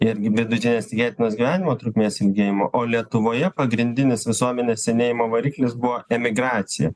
ir vidutinės tikėtinos gyvenimo trukmės ilgėjimo o lietuvoje pagrindinis visuomenės senėjimo variklis buvo emigracija